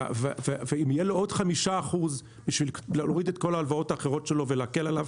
ואם יהיה לו עוד 5% כדי להוריד את כל ההלוואות האחרות שלו ולהקל עליו,